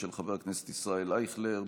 של חבר הכנסת ישראל אייכלר,